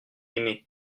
aimé